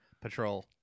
Patrol